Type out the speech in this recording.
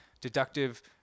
deductive